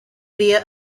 via